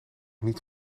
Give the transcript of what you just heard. niet